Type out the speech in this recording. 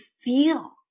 feel